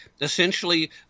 essentially